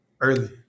early